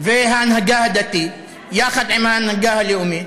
וההנהגה הדתית, יחד עם ההנהגה הלאומית,